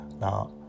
Now